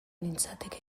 nintzateke